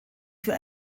für